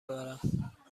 دارم